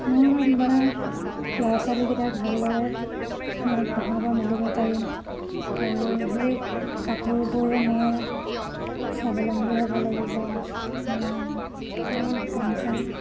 মোৰ মানে ল'ৰা ছোৱালীকিটাক ভালদৰে পঢ়াব মেলিব পাৰিম আৰু সেই কাপোৰ বৈয়ে মই স্বাৱলম্বী হ'ব লাগিব মোৰ গামোচা